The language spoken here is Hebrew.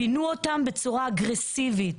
פינו אותן בצורה אגרסיבית.